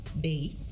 day